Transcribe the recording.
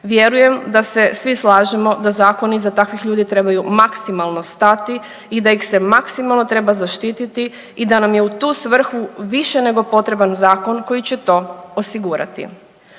Vjerujem da se svi slažemo da zakoni iza takvih ljudi trebaju maksimalno stati i da ih se maksimalno treba zaštititi i da nam je u tu svrhu više nego potreban zakon koji će to osigurati.